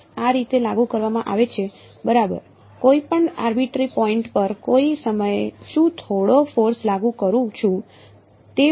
force આ રીતે લાગુ કરવામાં આવે છે બરાબર કોઈપણ આરબીટરી પોઇન્ટ પર કોઈ સમયે હું થોડો ફોર્સ લાગુ કરું છું